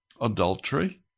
adultery